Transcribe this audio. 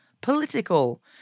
political